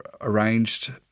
arranged